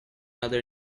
other